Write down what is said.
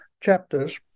chapters